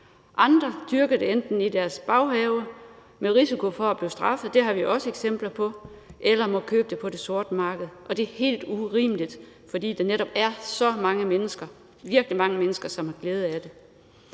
Andre dyrker det enten i deres baghave med risiko for at blive straffet – det har vi også eksempler på – eller må købe det på det sorte marked. Og det er helt urimeligt, fordi der netop er så mange mennesker, virkelig mange mennesker, som har glæde af det.